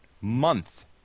month